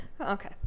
Okay